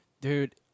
dude